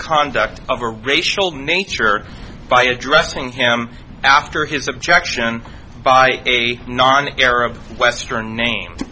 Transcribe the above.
conduct of a racial nature by addressing him after his objection by a non arab western name